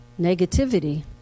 Negativity